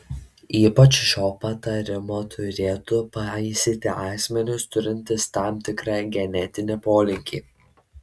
ypač šio patarimo turėtų paisyti asmenys turintys tam tikrą genetinį polinkį